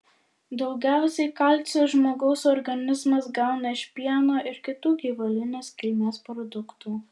daugiausiai kalcio žmogaus organizmas gauna iš pieno ir kitų gyvulinės kilmės produktų